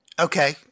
Okay